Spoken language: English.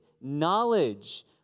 knowledge